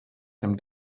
dem